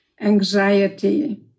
anxiety